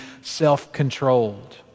self-controlled